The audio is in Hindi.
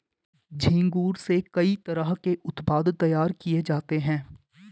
झींगुर से कई तरह के उत्पाद तैयार किये जाते है